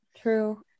true